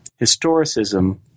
historicism